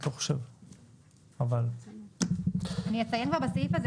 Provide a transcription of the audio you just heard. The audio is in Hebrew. אני אציין בסעיף הזה,